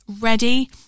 ready